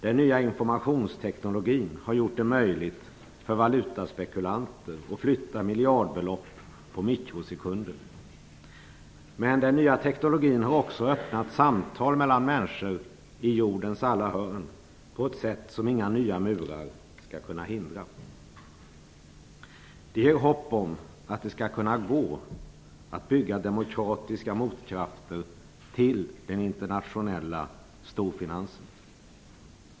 Den nya informationsteknologin har gjort det möjligt för valutaspekulanter att flytta miljardbelopp på mikrosekunder. Den nya teknologin har också öppnat för samtal mellan människor i jordens alla hörn på ett sätt som inga nya murar skall kunna hindra. Det ger hopp om att det skall kunna gå att bygga demokratiska motkrafter till den internationella storfinansen.